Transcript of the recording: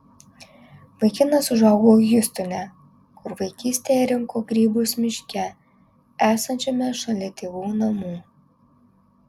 vaikinas užaugo hjustone kur vaikystėje rinko grybus miške esančiame šalia tėvų namų